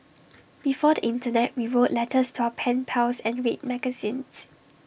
before the Internet we wrote letters to our pen pals and read magazines